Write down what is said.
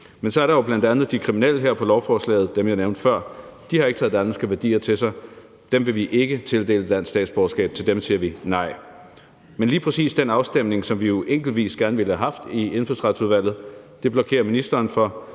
Men så er der jo bl.a. de kriminelle her på lovforslaget, altså dem, jeg nævnte før. De har ikke taget danske værdier til sig. Dem vil vi ikke tildele dansk statsborgerskab. Til dem siger vi nej. Men lige præcis den afstemning, som vi jo gerne ville have haft enkeltvis i Indfødsretsudvalget, blokerer ministeren for,